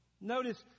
Notice